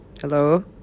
hello